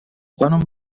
خانوم